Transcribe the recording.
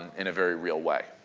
in a very real way.